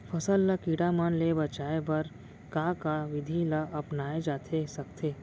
फसल ल कीड़ा मन ले बचाये बर का का विधि ल अपनाये जाथे सकथे?